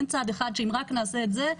אין צד אחד שאם רק נעשה את זה,